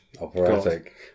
Operatic